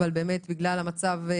אבל באמת בגלל המצב,